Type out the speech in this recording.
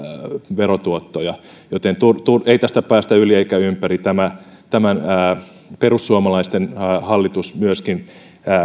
verotuottoja joten ei tästä päästä yli eikä ympäri perussuomalaisten hallitus myöskin